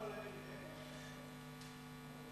גם לא למירי רגב?